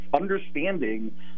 understanding